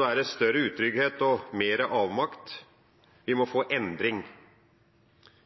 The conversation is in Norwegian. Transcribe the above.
er det større utrygghet og mer avmakt. Vi må få en endring.